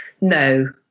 No